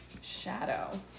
Shadow